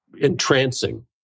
entrancing